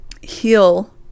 heal